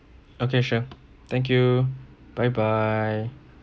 okay sure thank you bye bye